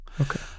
Okay